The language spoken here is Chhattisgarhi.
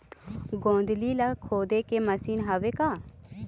गोंदली ला खोदे के मशीन हावे का?